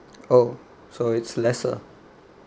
oh so it's lesser